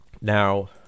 Now